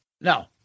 No